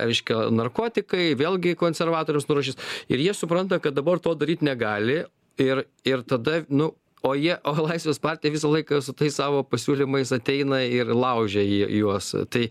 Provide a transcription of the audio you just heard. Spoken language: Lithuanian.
reiškia narkotikai vėlgi konservatorius nurašyti ir jie supranta kad dabar to daryt negali ir ir tada nu o jie o laisvės partija visą laiką su tais savo pasiūlymais ateina ir laužia į juos tai